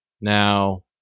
Now